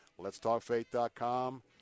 Letstalkfaith.com